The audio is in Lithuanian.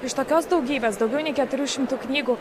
iš tokios daugybės daugiau nei keturių šimtų knygų